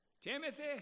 Timothy